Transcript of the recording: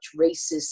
racist